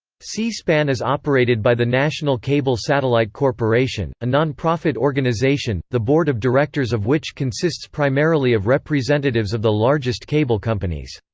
c-span is operated by the national cable satellite corporation, a nonprofit organization, the board of directors of which consists primarily of representatives of the largest cable companies.